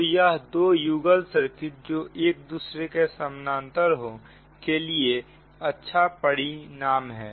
तो यह दो युगल सर्किट जो एक दूसरे के समांतर हो के लिए अच्छा परिणाम है